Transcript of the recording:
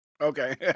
Okay